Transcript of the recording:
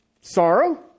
Sorrow